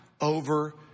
over